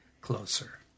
closer